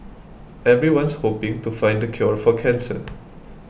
everyone's hoping to find the cure for cancer